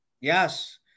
yes